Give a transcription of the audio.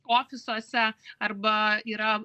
ofisuose arba yra